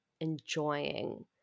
enjoying